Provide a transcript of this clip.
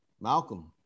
Malcolm